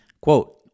Quote